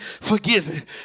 forgiven